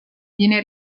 viene